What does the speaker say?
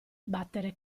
battere